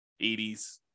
80s